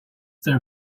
their